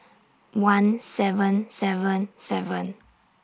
one seven seven seven